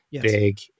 Big